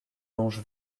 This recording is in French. longe